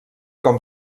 com